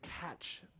catch